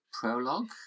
prologue